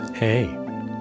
Hey